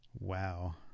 Wow